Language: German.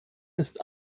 ist